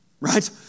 Right